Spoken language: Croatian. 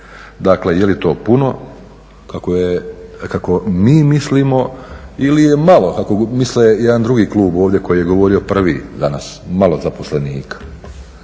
Dakle jeli to puno kako mi mislimo ili je malo kako misli jedan drugi klub koji je govorio prvi danas, malo zaposlenika.